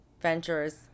Ventures